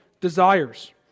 desires